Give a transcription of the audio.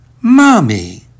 Mommy